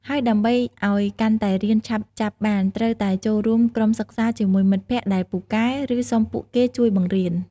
ហើយដើម្បីអោយកាន់តែរៀនឆាប់ចាប់បាន ត្រូវតែចូលរួមក្រុមសិក្សាជាមួយមិត្តភក្តិដែលពូកែ ឬសុំពួកគេជួយបង្រៀន។